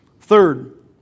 Third